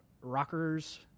rockers